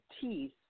teeth